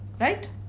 right